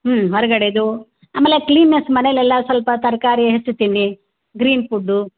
ಹ್ಞೂ ಹೊರಗಡೆದೂ ಆಮೇಲೆ ಕ್ಲೀನೆಸ್ ಮನೇಲೆಲ್ಲ ಸ್ವಲ್ಪ ತರಕಾರಿ ಹೆಚ್ಚು ತಿನ್ನಿ ಗ್ರೀನ್ ಪುಡ್ಡು